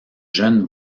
jeunes